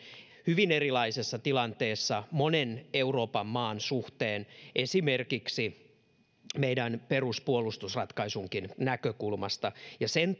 hyvin erilaisessa tilanteessa monen euroopan maan suhteen esimerkiksi meidän peruspuolustusratkaisunkin näkökulmasta ja sen